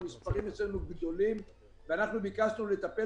המספרים אצלנו גדולים ואנחנו ביקשנו לטפל